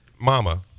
Mama